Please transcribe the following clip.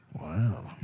Wow